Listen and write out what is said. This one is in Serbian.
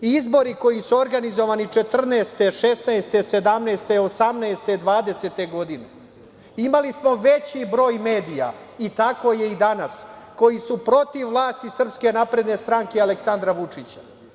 Izbori koji su organizovani 2014, 2016, 2017, 2018, 2020. godine, imali smo veći broj medija i tako je i danas koji su protiv vlasti SNS i Aleksandra Vučića.